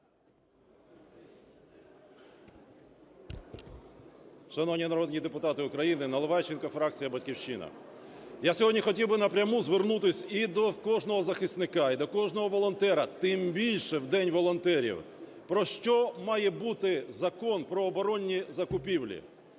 Шановні народні депутати України, Наливайченко, фракція "Батьківщина". Я сьогодні хотів би напряму звернутись і до кожного захисника, і до кожного волонтера, тим більше в День волонтерів. Про що має бути Закон про оборонні закупівлі.